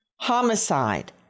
Homicide